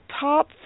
top